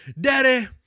Daddy